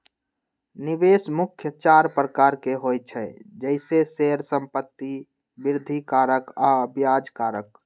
निवेश मुख्य चार प्रकार के होइ छइ जइसे शेयर, संपत्ति, वृद्धि कारक आऽ ब्याज कारक